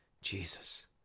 Jesus